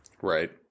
Right